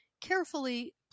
carefully